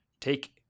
take